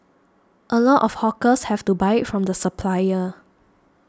a lot of hawkers have to buy it from the supplier